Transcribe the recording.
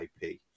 IP